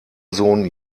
sohn